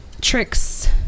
tricks